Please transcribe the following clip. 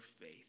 faith